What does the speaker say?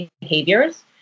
behaviors